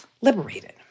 liberated